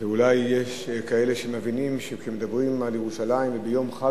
ואולי יש כאלה שמבינים שכשמדברים על ירושלים ביום חג